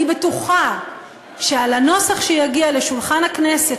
אני בטוחה שעל הנוסח שיגיע לשולחן הכנסת